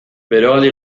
beroaldi